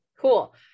Cool